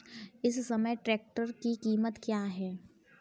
इस समय ट्रैक्टर की कीमत क्या है?